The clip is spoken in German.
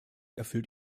erfüllt